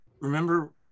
Remember